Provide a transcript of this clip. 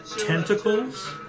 tentacles